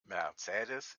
mercedes